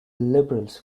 liberals